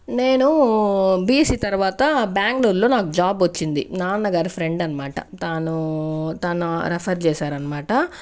నేను బీఎస్సీ తర్వాత బెంగళూరులో నాకు జాబ్ వచ్చింది నాన్న గారి ఫ్రెండ్ అనమాట తాను తను రెఫర్ చేశారనమాట